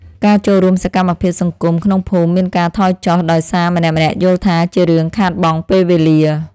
ការចូលរួមសកម្មភាពសង្គមក្នុងភូមិមានការថយចុះដោយសារម្នាក់ៗយល់ថា ជារឿងខាតបង់ពេលវេលា។